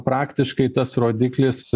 praktiškai tas rodiklis